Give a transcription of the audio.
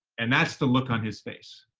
and that's the look on his face.